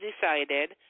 decided